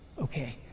okay